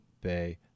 Bay